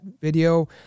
video